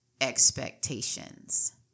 expectations